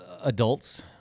adults